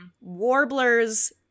Warblers